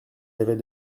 avait